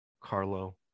Carlo